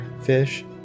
fish